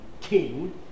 king